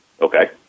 Okay